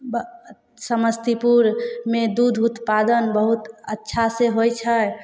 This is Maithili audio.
ब समस्तीपुरमे दूध उत्पादन बहुत अच्छासँ होइ छै